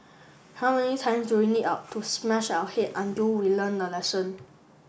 how many times do we need out to smash our head until we learn the lesson